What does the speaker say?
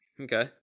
Okay